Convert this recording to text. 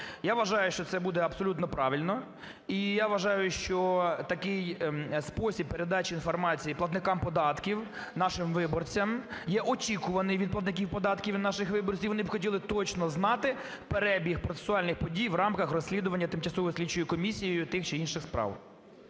Я вважаю, що це буде абсолютно правильно. І я вважаю, що такий спосіб передачі інформації платникам податків, нашим виборцям є очікуваний від платників податків і наших виборців. Вони б хотіли точно знати перебіг процесуальних подій в рамках розслідування тимчасовою слідчою комісією тих чи інших справ.